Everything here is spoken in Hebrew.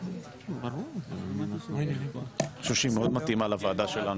אני אביא לך, אין בעיה.